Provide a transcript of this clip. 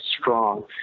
strong